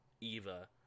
Eva